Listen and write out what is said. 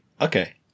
okay